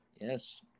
Yes